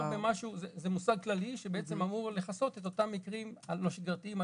זה מושג כללי שאמור לכסות את אותם המקרים הלא שגרתיים,